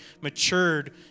matured